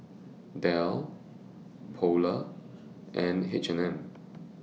Dell Polar and H and M